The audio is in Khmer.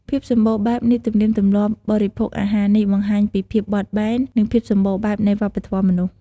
ភាពសម្បូរបែបនៃទំនៀមទម្លាប់បរិភោគអាហារនេះបង្ហាញពីភាពបត់បែន និងភាពសម្បូរបែបនៃវប្បធម៌មនុស្ស។